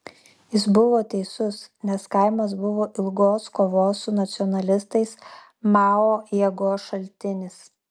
jis buvo teisus nes kaimas buvo ilgos kovos su nacionalistais mao jėgos šaltinis